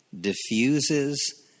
diffuses